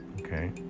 okay